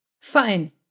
Fine